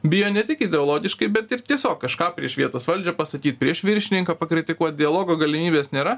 bijo ne tik ideologiškai bet ir tiesiog kažką prieš vietos valdžią pasakyt prieš viršininką pakritikuot dialogo galimybės nėra